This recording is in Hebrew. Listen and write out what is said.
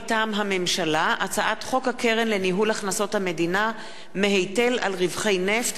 מטעם הממשלה: הצעת חוק הקרן לניהול הכנסת המדינה מהיטל רווחי נפט,